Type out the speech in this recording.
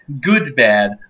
good-bad